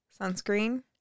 sunscreen